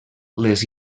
les